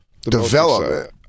Development